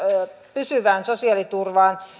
pysyvään sosiaaliturvaan